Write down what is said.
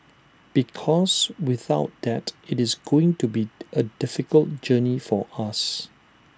because without that IT is going to be A difficult journey for us